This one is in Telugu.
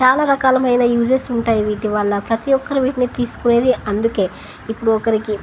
చాలా రకాలమైన యూజెస్ ఉంటాయి వీటి వల్ల ప్రతి ఒక్కరు వీటిని తీసుకునేది అందుకే ఇప్పుడు ఒకరికి